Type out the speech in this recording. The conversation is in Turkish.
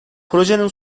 projenin